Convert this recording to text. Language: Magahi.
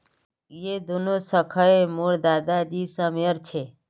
यह दो शाखए मोर दादा जी समयर छे